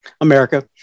America